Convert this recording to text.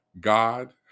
God